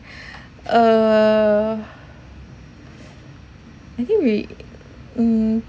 err I think we mm